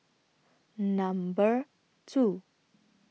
Number two